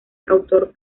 autor